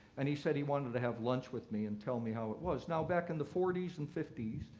and he said he wanted to have lunch with me and tell me how it was. now, back in the forty s and fifty s,